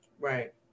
Right